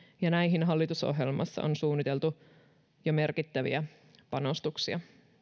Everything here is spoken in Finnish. ja näihin hallitusohjelmassa on suunniteltu jo merkittäviä panostuksia